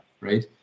right